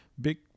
big